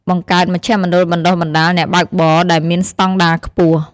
បង្កើត មជ្ឈមណ្ឌលបណ្តុះបណ្តាលអ្នកបើកបរ ដែលមានស្តង់ដារខ្ពស់។